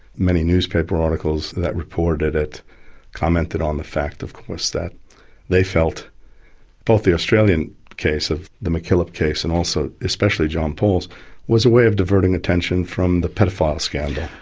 many newspaper articles that reported it commented on the fact, of course, that they felt both the australian case of the mckillop case and also especially john paul's was a way of diverting attention from the paedophile scandal.